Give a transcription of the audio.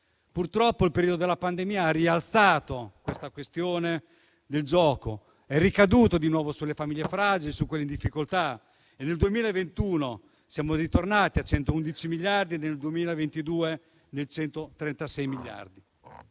Purtroppo, il periodo della pandemia ha rialzato i dati relativi alla questione del gioco, che è ricaduta di nuovo sulle famiglie fragili, sulle persone in difficoltà, così nel 2021 siamo ritornati a 111 miliardi e nel 2022 a 136 miliardi.